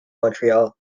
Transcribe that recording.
montreal